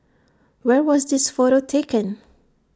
where was this photo taken